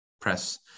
press